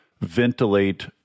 ventilate